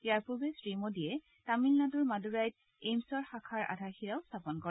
ইয়াৰ পূৰ্বে শ্ৰীমোদীয়ে তামিলনাডুৰ মাডুৰাইত এইমছৰ শাখাৰ আধাৰ শিলা স্থাপন কৰে